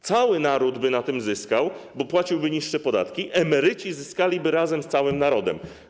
Cały naród by na tym zyskał, bo płaciłby niższe podatki, a emeryci zyskaliby razem z całym narodem.